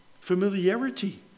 Familiarity